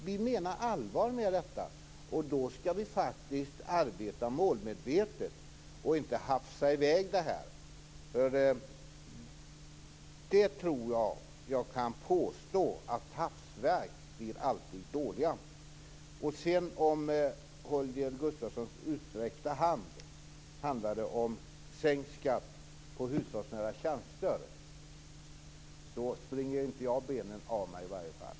Vi menar allvar med samtalen, och då skall vi arbeta målmedvetet och inte hafsa i väg. Jag tror att jag kan påstå att hafsverk alltid blir dåliga. Om sedan Holger Gustafssons utsträckta hand hade samband med sänkt skatt på hushållsnära tjänster, springer i varje fall inte jag benen av mig för den.